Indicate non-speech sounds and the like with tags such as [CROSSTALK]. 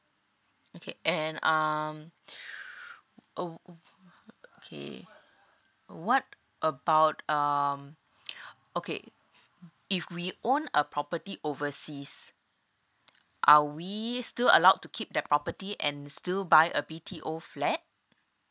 okay and um [BREATH] okay what about um okay if we own a property overseas are we still allowed to keep that property and still buy a B_T_O flat